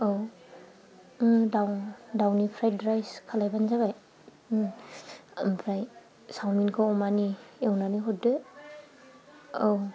औ दाव दावनि फ्राइद राइस खालामबानो जाबाय ओमफ्राय सावमिनखौ अमानि एवनानै हरदो औ